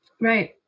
Right